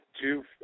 two